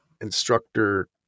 instructor